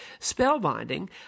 spellbinding